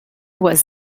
was